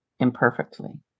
Imperfectly